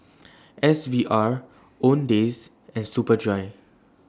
S V R Owndays and Superdry